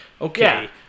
okay